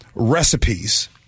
Recipes